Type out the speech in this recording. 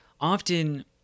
often